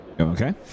Okay